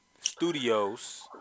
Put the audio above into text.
Studios